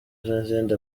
n’izindi